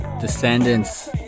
Descendants